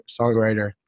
songwriter